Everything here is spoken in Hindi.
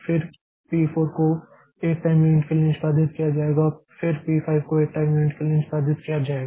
फिर P 4 को 1 टाइम यूनिट के लिए निष्पादित किया जाएगा फिर P 5 को 1 टाइम यूनिट के लिए निष्पादित किया जाएगा